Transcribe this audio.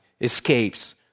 escapes